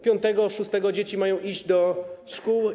Piątego, szóstego dzieci mają iść do szkół.